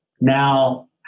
now